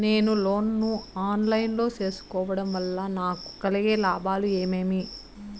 నేను లోను ను online లో సేసుకోవడం వల్ల నాకు కలిగే లాభాలు ఏమేమీ?